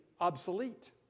obsolete